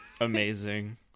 Amazing